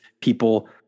people